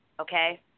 okay